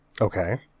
Okay